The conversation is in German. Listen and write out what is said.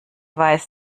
weiß